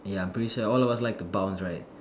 ya I'm pretty sure all of us like to bounce right